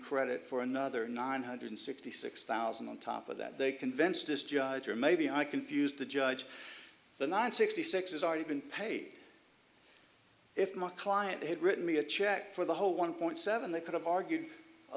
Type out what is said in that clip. credit for another nine hundred sixty six thousand on top of that they convinced this judge or maybe i confused the judge the nine sixty six has already been paid if my client had written me a check for the whole one point seven they could have argued